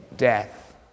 death